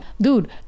dude